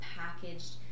packaged